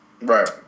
Right